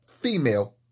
female